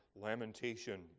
lamentation